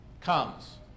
comes